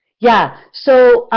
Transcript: yeah, so